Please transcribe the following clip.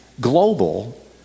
Global